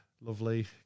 lovely